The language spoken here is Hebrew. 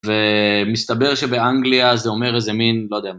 ומסתבר שבאנגליה זה אומר איזה מין, לא יודע.